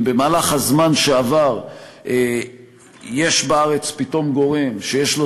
אם במהלך הזמן שעבר קם בארץ פתאום גורם שיש לו